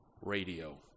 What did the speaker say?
radio